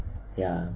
ya